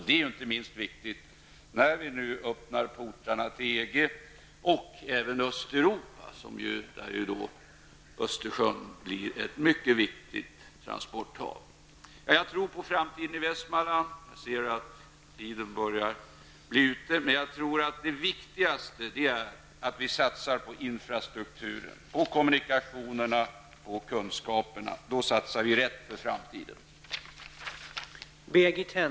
Det är inte minst viktigt när vi nu öppnar portarna till EG och även till Östeuropa, då Östersjön kommer att bli ett mycket viktigt transporthav. Jag tror på framtiden i Västmanland. Det viktigaste är att satsa på infrastrukturen, kommunikationerna och kunskapen. Då satsar vi rätt för framtiden.